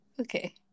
Okay